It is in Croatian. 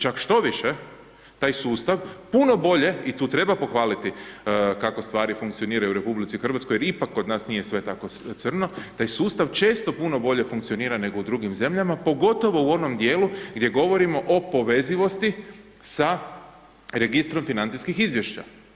Čak štoviše, taj sustav puno bolje, i tu treba pohvaliti kako stvari funkcioniraju u RH jer ipak kod nas nije sve tako crno, taj sustav često puno bolje funkcionira, nego u drugim zemljama, pogotovo u onom dijelu gdje govorimo o povezivosti sa registrom financijskih izvješća.